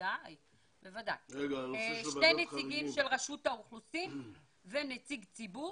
בוועדה יהיו גם שני נציגים של רשות האוכלוסין ונציג ציבור.